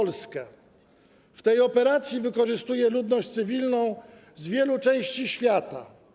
W tej operacji wykorzystuje ludność cywilną z wielu części świata.